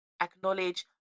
acknowledge